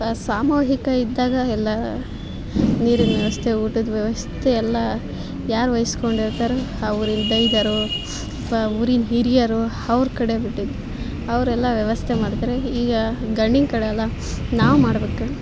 ಆ ಸಾಮೂಹಿಕ ಇದ್ದಾಗ ಎಲ್ಲ ನೀರಿನ ವ್ಯವಸ್ಥೆ ಊಟದ ವ್ಯವಸ್ಥೆ ಎಲ್ಲ ಯಾರು ವಹಿಸ್ಕೊಂಡು ಇರ್ತಾರೋ ಅವ್ರು ಅಥವಾ ಊರಿನ ಹಿರಿಯರು ಅವ್ರ ಕಡೆ ಬಿಟ್ಟಿದ್ದು ಅವ್ರು ಎಲ್ಲ ವ್ಯವಸ್ಥೆ ಮಾಡ್ತಾರೆ ಈಗ ಗಂಡಿನ ಕಡೆ ಅಲ್ಲ ನಾವು ಮಾಡಬೇಕು